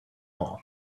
all